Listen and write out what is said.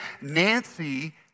Nancy